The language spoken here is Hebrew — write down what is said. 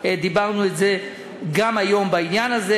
דיברנו גם היום בעניין הזה.